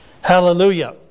Hallelujah